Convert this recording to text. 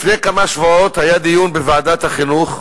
לפני כמה שבועות היה דיון בוועדת החינוך,